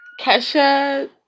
Kesha